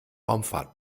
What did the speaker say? raumfahrt